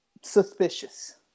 suspicious